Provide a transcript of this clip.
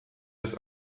des